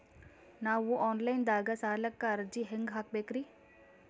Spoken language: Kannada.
ನಾವು ಆನ್ ಲೈನ್ ದಾಗ ಸಾಲಕ್ಕ ಅರ್ಜಿ ಹೆಂಗ ಹಾಕಬೇಕ್ರಿ?